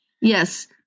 Yes